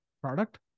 product